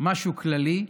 משהו כללי,